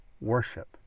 worship